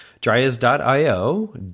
dryas.io